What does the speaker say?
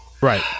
Right